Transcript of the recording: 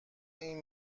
این